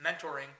mentoring